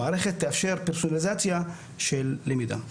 המערכת תאפשר פרסונליזציה של למידה.